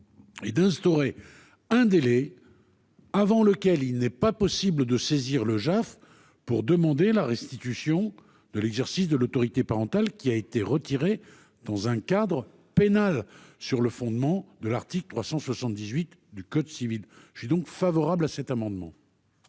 est d'instaurer un délai avant lequel il n'est pas possible de saisir le JAF pour demander la restitution de l'exercice de l'autorité parentale, retiré dans un cadre pénal, sur le fondement de l'article 378 du code civil. Je suis donc favorable à cet amendement.